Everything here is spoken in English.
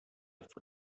for